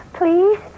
please